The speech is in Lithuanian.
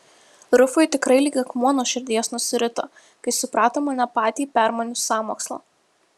rufui tikrai lyg akmuo nuo širdies nusirito kai suprato mane patį permanius sąmokslą